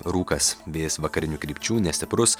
rūkas vėjas vakarinių krypčių nestiprus